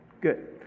Good